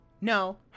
no